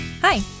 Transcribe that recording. Hi